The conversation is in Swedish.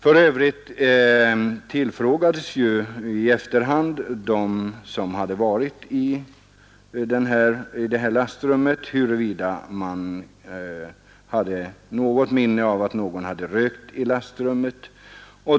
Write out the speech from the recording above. För övrigt tillfrågades i efterhand de som hade varit i lastrummet om de hade något minne av att någon hade rökt där.